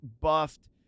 buffed